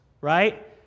right